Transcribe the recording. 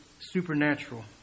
supernatural